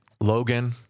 Logan